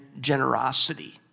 generosity